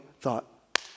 thought